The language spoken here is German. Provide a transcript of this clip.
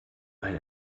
ein